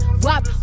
wop